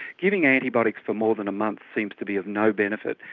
giving antibiotics for more than a month seems to be of no benefit.